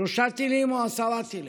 שלושה טילים או עשרה טילים.